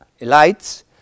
elites